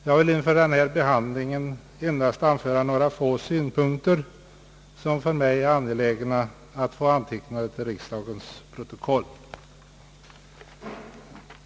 Jag vill i anslutning till denna behandling endast anföra några få synpunkter, som för mig är angelägna att få antecknade till riksdagens protokoll.